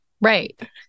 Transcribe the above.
Right